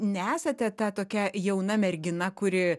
nesate ta tokia jauna mergina kuri